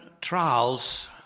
trials